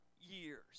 years